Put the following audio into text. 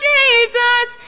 Jesus